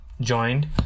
joined